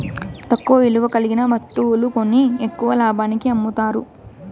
తక్కువ విలువ కలిగిన వత్తువులు కొని ఎక్కువ లాభానికి అమ్ముతారు